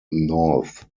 north